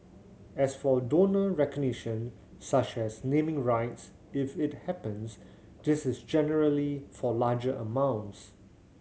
as for donor recognition such as naming rights if it happens this is generally for larger amounts